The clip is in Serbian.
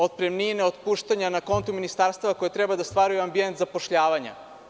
Otpremnine, otpuštanja na kontima ministarstava koja treba da stvaraju ambijent zapošljavanja.